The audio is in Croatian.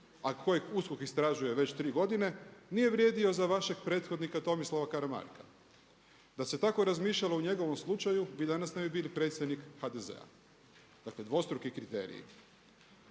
a kojeg USKOK istražuje već 3 godine nije vrijedio za vašeg prethodnika Tomislava Karamarka. Da se tako razmišljalo u njegovom slučaju vi danas ne bi bili predsjednik HDZ-a. Dakle dvostruki kriteriji.